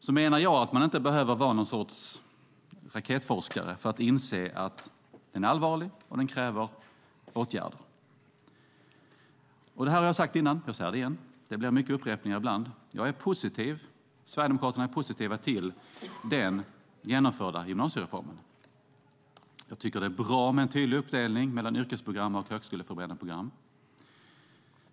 Jag menar att man inte behöver vara någon sorts raketforskare för att inse att situationen är allvarlig och kräver åtgärder. Jag har sagt detta tidigare, och jag säger det igen - det blir mycket upprepningar ibland: Jag och Sverigedemokraterna är positiva till den genomförda gymnasiereformen. Jag tycker att det är bra med en tydlig uppdelning mellan yrkesprogram och högskoleförberedande program.